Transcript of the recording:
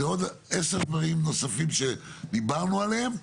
זה עוד עשרה דברים נוספים שדיברנו עליהם,